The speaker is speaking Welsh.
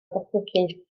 datblygu